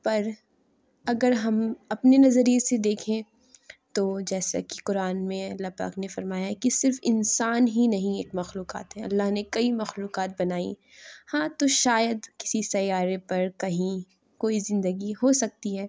پر اگر ہم اپنے نظریے سے دیکھیں تو جیسا کہ قرآن میں اللہ پاک نے فرمایا ہے کہ صرف انسان ہی نہیں ایک مخلوقات ہیں اللہ نے کئی مخلوقات بنائیں ہاں تو شاید کسی سیارے پر کہیں کوئی زندگی ہو سکتی ہے